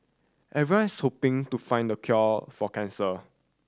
everyone's hoping to find the cure for cancer